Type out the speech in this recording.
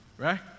Right